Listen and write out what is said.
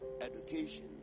Education